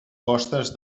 costes